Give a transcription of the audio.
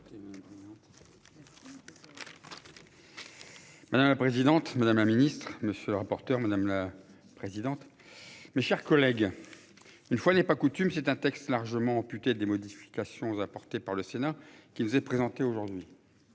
pas. La présidente madame un ministre monsieur le rapporteur, madame la présidente. Mes chers collègues. Une fois n'est pas coutume, c'est un texte largement amputé des modifications apportées par le Sénat qui nous est présenté aujourd'hui.